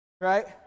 Right